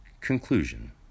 Conclusion